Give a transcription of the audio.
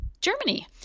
Germany